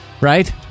Right